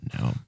No